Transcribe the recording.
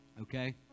Okay